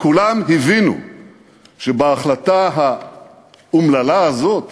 כולם הבינו שבהחלטה האומללה הזאת